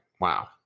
wow